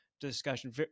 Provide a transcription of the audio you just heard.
discussion